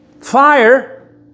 Fire